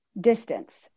distance